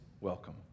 welcome